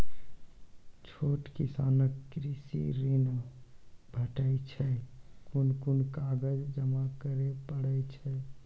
छोट किसानक कृषि ॠण भेटै छै? कून कून कागज जमा करे पड़े छै?